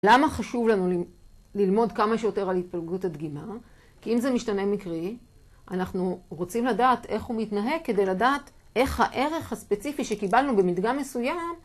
למה חשוב לנו ללמוד כמה שיותר על התפלגות הדגימה? כי אם זה משתנה מקרי, אנחנו רוצים לדעת איך הוא מתנהג כדי לדעת איך הערך הספציפי שקיבלנו במדגם מסוים,